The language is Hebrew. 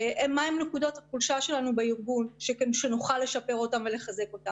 מה הן נקודות החולשה שלנו בארגון שנוכל לשפר ולחזק אותן.